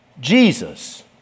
Jesus